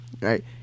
Right